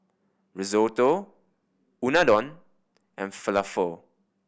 Risotto Unadon and Falafel